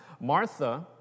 Martha